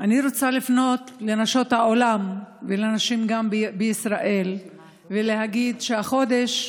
אני רוצה לפנות לנשות העולם וגם לנשים בישראל ולהגיד שהחודש,